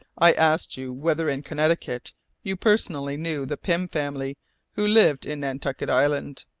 i ask you whether in connecticut you personally knew the pym family who lived in nantucket island?